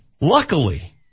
Luckily